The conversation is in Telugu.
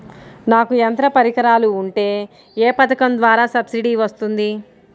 నాకు యంత్ర పరికరాలు ఉంటే ఏ పథకం ద్వారా సబ్సిడీ వస్తుంది?